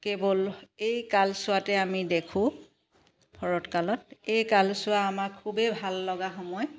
কেৱল এই কালছোৱাতে আমি দেখো শৰতকালত এই কালছোৱা আমাৰ খুবে ভাল লগা সময়